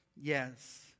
yes